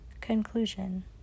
Conclusion